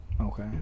Okay